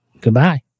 Goodbye